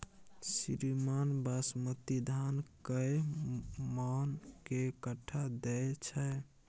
श्रीमान बासमती धान कैए मअन के कट्ठा दैय छैय?